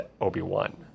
Obi-Wan